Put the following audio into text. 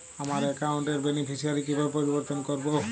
আমার অ্যাকাউন্ট র বেনিফিসিয়ারি কিভাবে পরিবর্তন করবো?